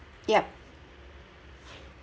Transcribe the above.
yep